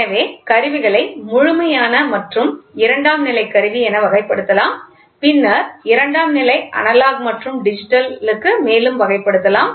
எனவே கருவிகளை முழுமையான மற்றும் இரண்டாம் நிலை கருவி என வகைப்படுத்தலாம் பின்னர் இரண்டாம் நிலை அனலாக் மற்றும் டிஜிட்டலுக்கு மேலும் வகைப்படுத்தலாம்